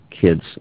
kids